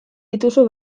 dituzu